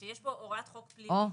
שיש בו הוראת חוק פלילית,